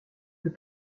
plus